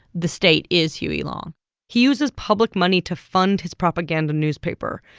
the state is huey long he uses public money to fund his propaganda newspaper,